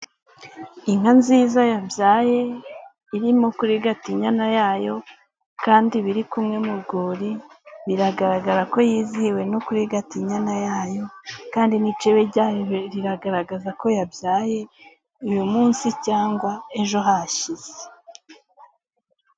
Inka nziza yabyaye irimo kurigata inyana yayo, kandi biri kumwe mu rwuri, biragaragara ko yizihiwe no kurigata inyana yayo, kandi n'icebe ryayo rigaragaza ko yabyaye uyu munsi cyangwa ejo hashize.